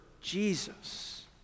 Jesus